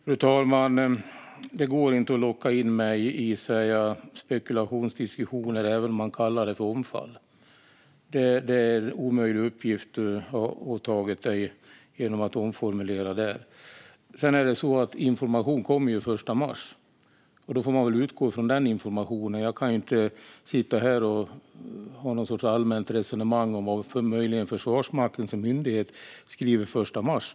Fru talman! Det går inte att locka in mig i spekulationsdiskussioner även om man kallar det för omfall. Det är en omöjlig uppgift Jörgen Berglund har åtagit sig genom att omformulera detta. Information kommer den 1 mars. Då får man väl utgå från den informationen. Jag kan inte stå här och ha någon sorts allmänt resonemang om vad Försvarsmakten som myndighet möjligen skriver den 1 mars.